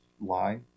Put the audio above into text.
lie